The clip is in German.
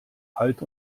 alt